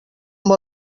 amb